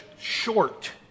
short